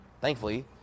Thankfully